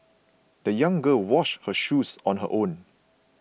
the young girl washed her shoes on her own